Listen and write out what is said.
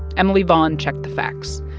emily vaughn checked the facts.